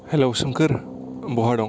hello सोमखोर बहा दं